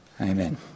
Amen